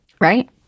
right